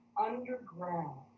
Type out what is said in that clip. underground